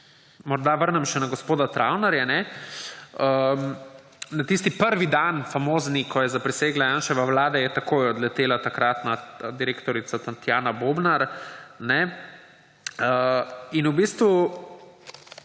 morda vrnem še na gospoda Travnerja. Na tisti prvi dan, famozni, ko je zaprisegla Janševa vlada, je takoj odletela takratna direktorica Tatjana Bobnar. In v bistvu